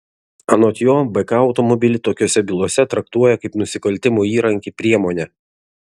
anot jo bk automobilį tokiose bylose traktuoja kaip nusikaltimo įrankį priemonę